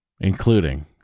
including